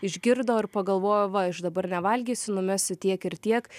išgirdo ir pagalvojo va aš dabar nevalgysiu numesiu tiek ir tiek